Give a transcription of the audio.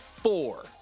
Four